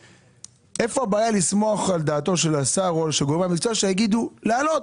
איפה הבעיה לסמוך על דעתו של השר או של גורמי המקצוע שיגידו להעלות?